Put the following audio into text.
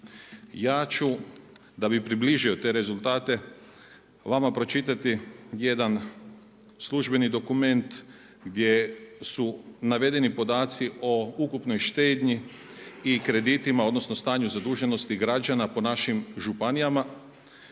Ja ću da bih približio te rezultate vama pročitati jedan službeni dokument gdje su navedeni podaci o ukupnoj štednji i kreditima, odnosno stanju zaduženosti građana po našim županijama